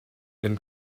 then